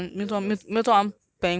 没有没有时间真的没有时间